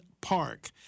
Park